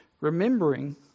Remembering